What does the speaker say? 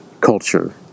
culture